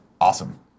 Awesome